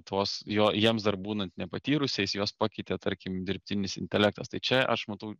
tuos jo jiems dar būnant nepatyrusiais juos pakeitė tarkim dirbtinis intelektas tai čia aš matau